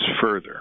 further